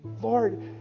Lord